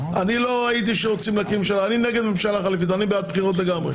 אני נגד ממשלה חליפית, אני בעד בחירות לדוגמה.